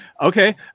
okay